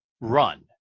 run